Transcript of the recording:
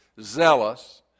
zealous